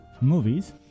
movies